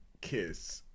kiss